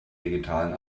digitalen